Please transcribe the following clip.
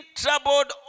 troubled